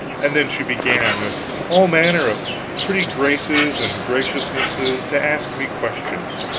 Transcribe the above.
and then she began, with all manner of pretty graces and graciousnesses, to ask me questions.